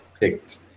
picked